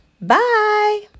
Bye